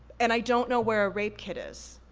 and i don't know where a rape kit is.